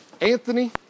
Anthony